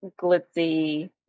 glitzy